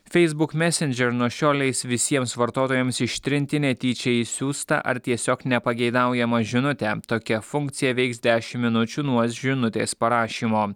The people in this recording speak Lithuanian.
feisbuk mesendžer nuo šiol leis visiems vartotojams ištrinti netyčia išsiųstą ar tiesiog nepageidaujamą žinutę tokia funkcija veiks dešimt minučių nuo žinutės parašymo